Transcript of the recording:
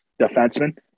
defenseman